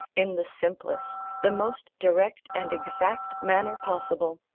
in the simplest, the most direct and exact manner possible,